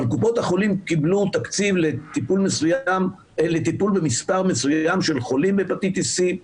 אבל קופות החולים קיבלו תקציב לטיפול במספר מסוים של חולים בהפטיטיס סי.